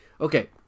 Okay